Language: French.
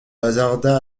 hasarda